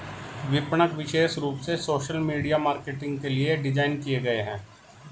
विपणक विशेष रूप से सोशल मीडिया मार्केटिंग के लिए डिज़ाइन किए गए है